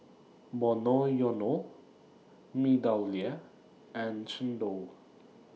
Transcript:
Monoyono Meadowlea and Xndo